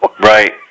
Right